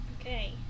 Okay